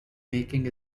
making